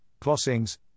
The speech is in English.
closings